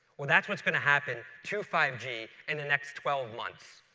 well that's what's going to happen to five g in the next twelve months,